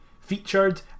featured